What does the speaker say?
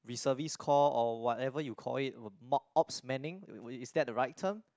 reservist call or whatever you call it mock ops manning is that the right term